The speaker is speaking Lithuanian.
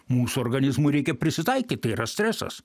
mūsų organizmui reikia prisitaikyt tai yra stresas